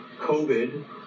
COVID